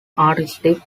artistic